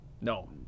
no